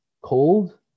cold